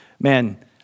man